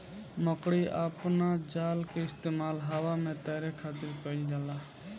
मकड़ी अपना जाल के इस्तेमाल हवा में तैरे खातिर कईल जाला